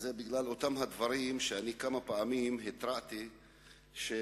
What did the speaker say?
וזה בגלל אותם דברים שכמה פעמים התרעתי מפניהם,